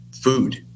food